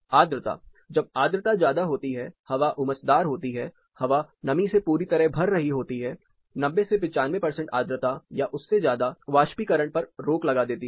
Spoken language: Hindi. आद्रता जब आद्रता ज्यादा होती है हवा उमसदार होती है हवा नमी से पूरी तरह भर रही होती है 90 से 95 परसेंट आद्रता या उससे ज्यादा वाष्पीकरण पर रोक लगा देती है